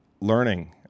learning